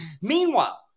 Meanwhile